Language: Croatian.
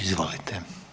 Izvolite.